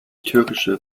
türkische